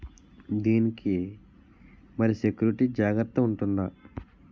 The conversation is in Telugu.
దీని కి మరి సెక్యూరిటీ జాగ్రత్తగా ఉంటుందా?